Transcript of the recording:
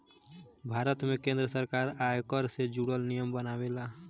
भारत में केंद्र सरकार आयकर से जुरल नियम बनावेला